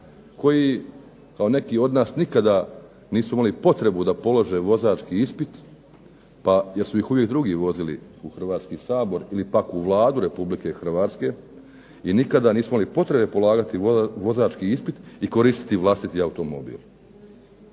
koji kao neki od nas nikada nisu imali potrebu da polože vozački ispit pa, jer su ih uvijek vozili u Hrvatski sabor, ili pak u Vladu Republike Hrvatske, i nikada nisu imali potrebe polagati vozački ispit i koristiti vlastiti automobil.